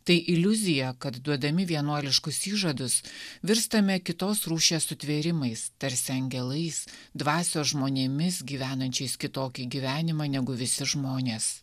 tai iliuzija kad duodami vienuoliškus įžadus virstame kitos rūšies sutvėrimais tarsi angelais dvasios žmonėmis gyvenančiais kitokį gyvenimą negu visi žmonės